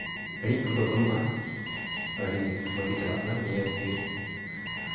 ᱦᱤᱲᱤᱡ ᱠᱚᱫᱚ ᱵᱟᱹᱱᱩᱜᱼᱟ ᱟᱹᱰᱤ ᱢᱚᱡᱽ ᱜᱮ ᱪᱟᱞᱟᱜ ᱠᱟᱱᱟ ᱱᱤᱭᱟᱹᱜᱮ